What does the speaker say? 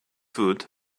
food